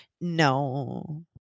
No